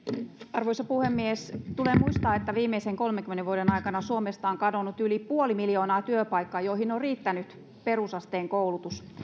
arvoisa puhemies tulee muistaa että viimeisten kolmenkymmenen vuoden aikana suomesta on kadonnut yli puoli miljoonaa työpaikkaa joihin on riittänyt perusasteen koulutus